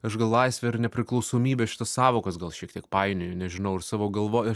aš gal laisvę ir nepriklausomybę šitas sąvokas gal šiek tiek painioju nežinau ir savo galvoj